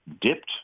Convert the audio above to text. dipped